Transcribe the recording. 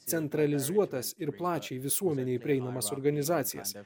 centralizuotas ir plačiai visuomenei prieinamas organizacijose